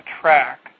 track